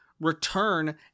return